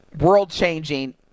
world-changing